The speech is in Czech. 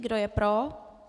Kdo je pro?